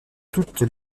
toutes